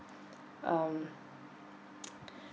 um